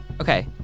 okay